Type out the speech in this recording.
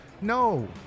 No